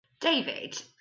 David